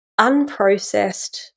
unprocessed